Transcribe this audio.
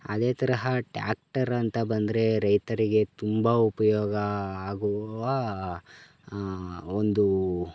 ಅದೇ ತರಹ ಟ್ಯಾಕ್ಟರ್ ಅಂತ ಬಂದರೆ ರೈತರಿಗೆ ತುಂಬ ಉಪಯೋಗ ಆಗುವ ಒಂದು